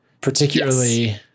particularly